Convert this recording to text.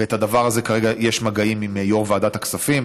ועל זה כרגע יש מגעים עם יו"ר ועדת הכספים.